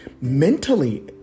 mentally